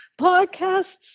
podcasts